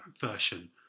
version